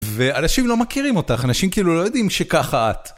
ואנשים לא מכירים אותך, אנשים כאילו לא יודעים שככה את.